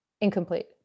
Incomplete